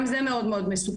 גם זה מאוד מאוד מסוכן.